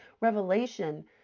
revelation